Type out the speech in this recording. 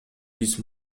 биз